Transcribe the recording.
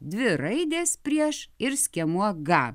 dvi raidės prieš ir skiemuo gą